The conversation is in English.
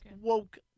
woke